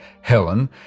Helen